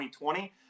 2020